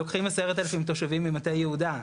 10,000 תושבים ממטה יהודה,